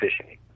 fishing